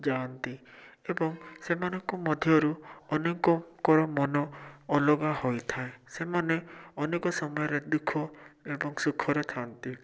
ଯାଆନ୍ତି ଏବଂ ସେମାନଙ୍କ ମଧ୍ୟରୁ ଅନେକଙ୍କର ମନ ଅଲଗା ହୋଇଥାଏ ସେମାନେ ଅନେକ ସମୟରେ ଦୁଃଖ ଏବଂ ସୁଖରେ ଥାନ୍ତି